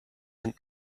and